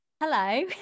Hello